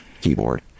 Keyboard